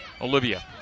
Olivia